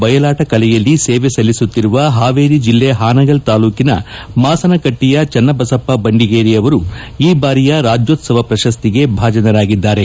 ಬಯಲಾಟ ಕಲೆಯಲ್ಲಿ ಸೇವೆ ಸಲ್ಲಿಸುತ್ತಿರುವ ಹಾವೇರಿ ಜಿಲ್ಲೆ ಹಾನಗಲ್ ತಾಲ್ಕೂಕಿನ ಮಾಸನಕಟ್ಟಿಯ ಚನ್ನಬಸಪ್ಪ ದೆಂಡಿಗೇರಿ ಅವರು ಈ ಬಾರಿಯ ರಾಜ್ಯೋತ್ತವ ಪ್ರಶಸ್ತಿಗೆ ಭಾಜನರಾಗಿದ್ದಾರೆ